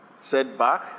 setback